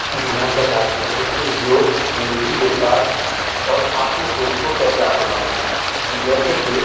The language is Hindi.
जी हम बताते हैं कि योग निजी विकास और आत्मखोज को कैसे आसान बनाता है जैसे के